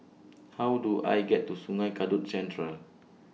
How Do I get to Sungei Kadut Central